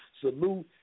Salute